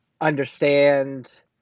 understand